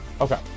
Okay